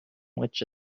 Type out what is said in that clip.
which